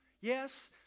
Yes